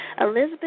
Elizabeth